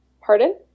Pardon